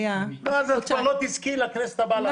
את כבר לא תזכי לכנסת הבאה לעשות את זה.